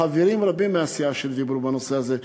חברים רבים מהסיעה שלי דיברו בנושא הזה,